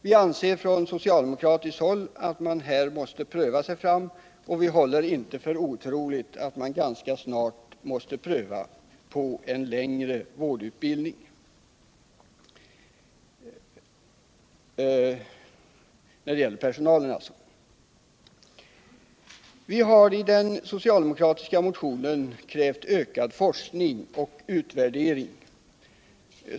Vi anser från socialdemokratiskt håll att man här måste pröva sig fram, och vi håller inte för otroligt att man ganska snart måste pröva en längre vårdutbildning när det gäller personalen. Vi har i den socialdemokratiska motionen krävt ökad forskning och utvärdering.